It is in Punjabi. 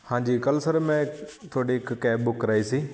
ਹਾਂਜੀ ਕੱਲ੍ਹ ਸਰ ਮੈਂ ਤੁਹਾਡੇ ਇੱਕ ਕੈਬ ਬੁੱਕ ਕਰਵਾਈ ਸੀ